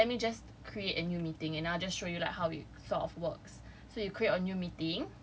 but let me just create a new meeting and I'll just show you how it sort of works so you create a new meeting